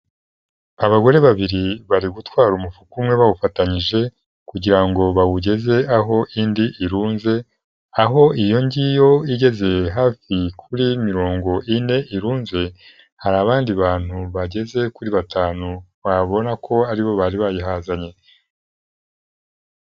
Abagore babiri bari gutwara umufuka umwe bawufatanyije, kugira ngo bawugeze aho indi irunze, aho iyo ngiyo igeze hafi kuri mirongo ine irunze, hari abandi bantu bageze kuri batanu wabona ko ari bo bari bayihazanye.